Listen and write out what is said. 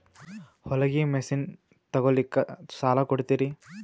ಹೊಲಗಿ ಮಷಿನ್ ತೊಗೊಲಿಕ್ಕ ಸಾಲಾ ಕೊಡ್ತಿರಿ?